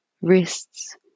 wrists